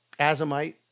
azomite